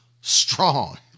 strong